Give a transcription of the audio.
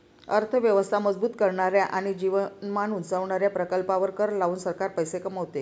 अर्थ व्यवस्था मजबूत करणाऱ्या आणि जीवनमान उंचावणाऱ्या प्रकल्पांवर कर लावून सरकार पैसे कमवते